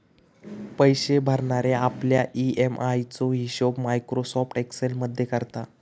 पैशे भरणारे आपल्या ई.एम.आय चो हिशोब मायक्रोसॉफ्ट एक्सेल मध्ये करता